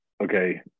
Okay